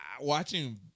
Watching